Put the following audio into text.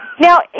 Now